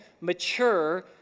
mature